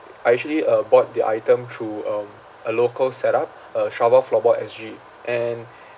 I actually uh bought the item through um a local set up uh strava floorball S_G and